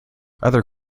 other